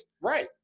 Right